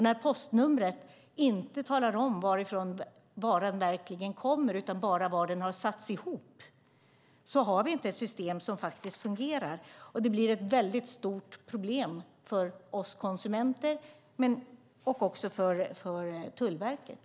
När postnumret inte talar om varifrån varan verkligen kommer utan bara var den har satts ihop har vi inte ett system som faktiskt fungerar. Det blir ett väldigt stort problem för oss konsumenter och också för Tullverket.